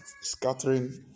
scattering